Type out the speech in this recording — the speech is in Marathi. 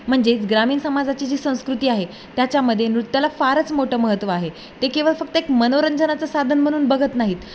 म्हणजेच ग्रामीण समाजाची जी संस्कृती आहे त्याच्यामध्ये नृत्याला फारच मोठं महत्त्व आहे ते केवळ फक्त एक मनोरंजनाचं साधन म्हणून बघत नाहीत